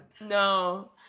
No